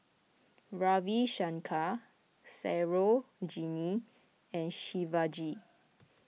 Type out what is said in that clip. Ravi Shankar Sarojini and Shivaji